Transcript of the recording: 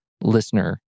listener